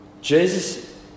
Jesus